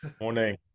morning